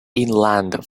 inland